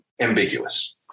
ambiguous